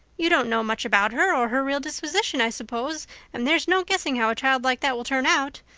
you don't know much about her or her real disposition, i suppose, and there's no guessing how a child like that will turn out.